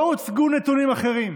לא הוצגו נתונים אחרים,